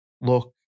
look